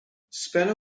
speller